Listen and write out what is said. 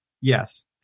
Yes